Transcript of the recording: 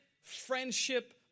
friendship